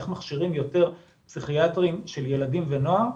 איך מכשירים יותר פסיכיאטרים של ילדים ונוער.